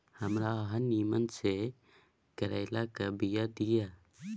हमरा अहाँ नीमन में से करैलाक बीया दिय?